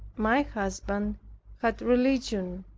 my husband had religion,